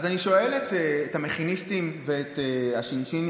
אז אני שואל את המכיניסטים ואת הש"שינים,